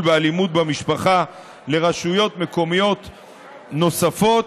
באלימות במשפחה לרשויות מקומיות נוספות,